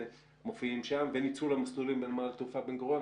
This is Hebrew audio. מופיעים שם; וניצול המסלולים בנמל התעופה בין גוריון.